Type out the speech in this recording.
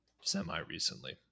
semi-recently